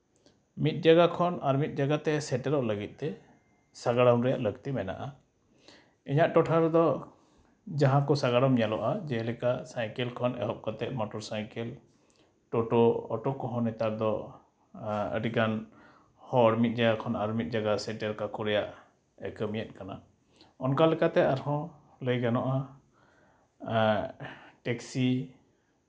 ᱢᱤᱫ ᱡᱟᱭᱜᱟ ᱠᱷᱚᱱ ᱟᱨ ᱢᱤᱫ ᱡᱟᱭᱜᱟ ᱛᱮ ᱥᱮᱴᱮᱨᱚᱜ ᱞᱟᱹᱜᱤᱫ ᱛᱮ ᱥᱟᱸᱜᱟᱲᱚᱢ ᱨᱮᱭᱟᱜ ᱞᱟᱹᱠᱛᱤ ᱢᱮᱱᱟᱜᱼᱟ ᱤᱧᱟᱹᱜ ᱴᱚᱴᱷᱟ ᱨᱮᱫᱚ ᱡᱟᱦᱟᱸ ᱠᱚ ᱥᱟᱸᱜᱟᱲᱚᱢ ᱧᱮᱞᱚᱜᱼᱟ ᱡᱮᱞᱮᱠᱟ ᱥᱟᱭᱠᱮᱞ ᱠᱷᱚᱱ ᱮᱦᱚᱵ ᱠᱟᱛᱮ ᱢᱚᱴᱚᱨ ᱥᱟᱭᱠᱮᱞ ᱴᱳᱴᱳ ᱚᱴᱳ ᱠᱚᱦᱚᱸ ᱱᱮᱛᱟᱨ ᱫᱚ ᱟᱹᱰᱤᱜᱟᱱ ᱦᱚᱲ ᱢᱤᱫ ᱡᱟᱭᱜᱟ ᱠᱷᱚᱱᱟᱜ ᱟᱨ ᱢᱤᱫ ᱡᱟᱭᱜᱟ ᱥᱮᱴᱮᱨ ᱠᱟᱠᱚ ᱨᱮᱭᱟᱜ ᱠᱟᱹᱢᱤᱭᱮᱫ ᱠᱟᱱᱟ ᱚᱱᱠᱟ ᱞᱮᱠᱟᱛᱮ ᱟᱨᱦᱚᱸ ᱞᱟᱹᱭ ᱜᱟᱱᱚᱜᱼᱟ ᱴᱮᱠᱥᱤ